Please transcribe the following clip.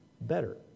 better